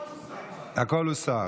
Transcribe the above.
הכול הוסר.